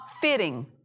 fitting